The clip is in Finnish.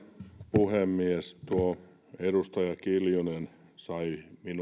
puhemies tuo edustaja kiljunen sai